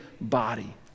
body